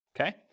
Okay